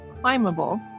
climbable